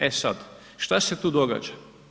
E sad, što se tu događa.